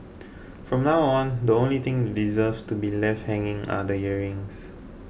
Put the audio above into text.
from now on the only thing deserves to be left hanging are the earrings